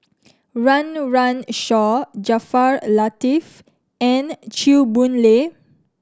Run Run Shaw Jaafar Latiff and Chew Boon Lay